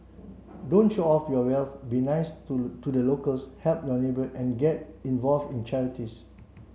don't show off your wealth be nice to to the locals help your neighbour and get involve in charities